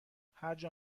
هرجا